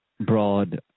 broad